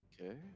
Okay